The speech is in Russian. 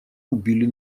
убили